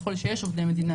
ככל שיש עובדי מדינה,